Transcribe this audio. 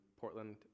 Portland